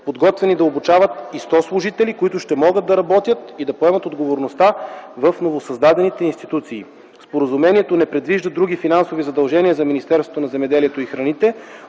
подготвени да обучават, и 100 служители, които ще могат да работят и да поемат отговорността в новосъздадените институции. Споразумението не предвижда други финансови задължения за Министерството на земеделието и храните,